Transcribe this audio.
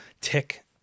tick